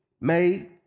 made